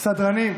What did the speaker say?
סדרנים.